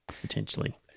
potentially